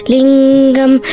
Lingam